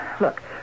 Look